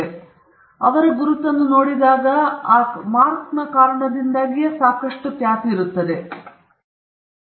ಆದ್ದರಿಂದ ಅವರು ಗುರುತನ್ನು ನೋಡಿದಾಗ ಮಾರ್ಕ್ನ ಕಾರಣದಿಂದಾಗಿ ಸಾಕಷ್ಟು ಖ್ಯಾತಿ ಇದೆ ಏಕೆಂದರೆ ಈ ಗುರುತನ್ನು ಕಂಪನಿಯು ಹೇಗೆ ಗುರುತಿಸುತ್ತದೆ